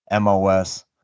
MOS